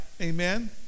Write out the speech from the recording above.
amen